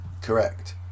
correct